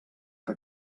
que